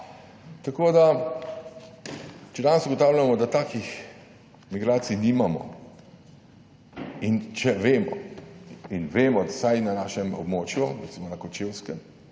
Tako, da če danes ugotavljamo, da takih migracij nimamo in če vemo in vemo, da vsaj na našem območju, recimo na Kočevskem,